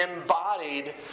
embodied